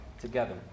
together